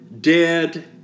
dead